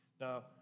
Now